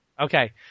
Okay